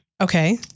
Okay